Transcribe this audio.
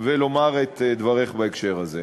ולומר את דברייך בהקשר הזה.